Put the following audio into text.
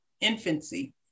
infancy